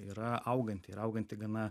yra auganti ir auganti gana